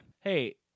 Hey